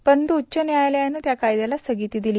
परंतु उच्च न्यायालयानं त्या कायद्याला स्थगिती दिली